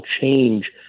change